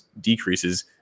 decreases